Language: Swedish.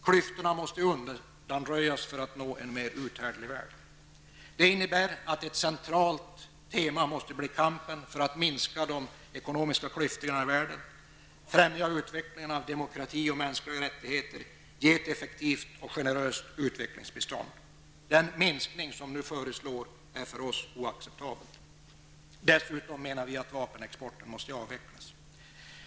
Klyftorna måste undanröjas för att vi skall kunna få en mer uthärdlig värld. Detta innebär att det måste bli en central uppgift att föra en kamp för att minska de ekonomiska klyftorna i världen, främja utvecklingen av demokrati och mänskliga rättigheter, ge ett effektivt och generöst utvecklingsbistånd. Den minskning som nu föreslås är för oss oacceptabel. Dessutom menar vi att vapenexporten måste avvecklas.